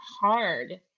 hard